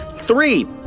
three